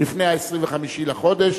לפני 25 בחודש.